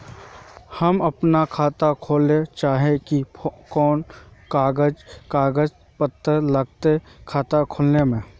हम अपन खाता खोले चाहे ही कोन कागज कागज पत्तार लगते खाता खोले में?